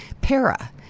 para